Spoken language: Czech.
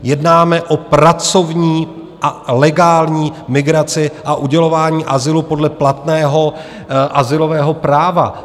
Jednáme o pracovní a legální migraci a udělování azylu podle platného azylového práva.